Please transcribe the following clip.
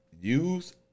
Use